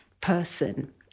person